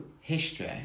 history